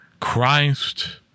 Christ